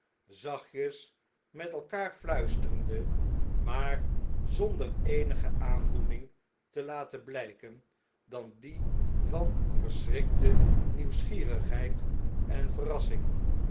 zachtjes met elkaar fluisterende maar zonder eenige aandoening te laten blijken dan die van verschrikte nieuwsgierigheid en verrassing